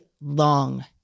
long